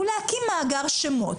היא להקים מאגר שמות,